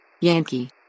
Yankee